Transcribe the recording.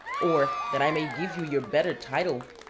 or, that i may give you your better title,